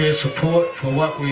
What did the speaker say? yeah support for what